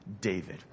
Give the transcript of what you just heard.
david